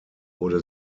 wurde